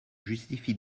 justifie